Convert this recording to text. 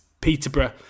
Peterborough